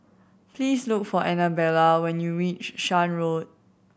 please look for Annabella when you reach Shan Road